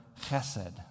chesed